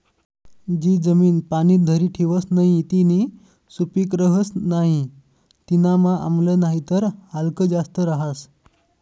जी जमीन पाणी धरी ठेवस नही तीनी सुपीक रहस नाही तीनामा आम्ल नाहीतर आल्क जास्त रहास